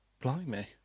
blimey